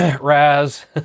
Raz